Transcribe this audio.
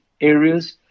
areas